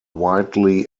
widely